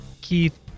Keith